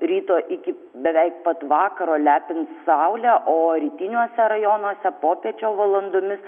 ryto iki beveik pat vakaro lepins saulė o rytiniuose rajonuose popiečio valandomis